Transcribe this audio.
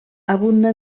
abunda